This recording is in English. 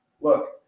look